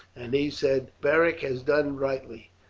and he said beric has done rightly.